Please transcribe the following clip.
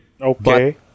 okay